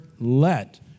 let